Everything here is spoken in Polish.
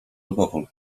alkohol